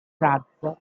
razzo